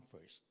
first